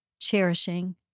cherishing